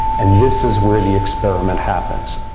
and this is where the experiment happens.